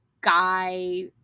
guy